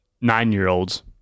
nine-year-olds